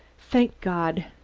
thank god!